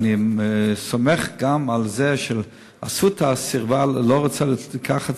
ואני סומך גם על זה ש"אסותא" לא רוצה לקחת